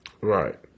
Right